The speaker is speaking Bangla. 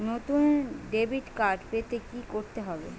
নতুন ডেবিট কার্ড পেতে কী করতে হবে?